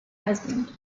husband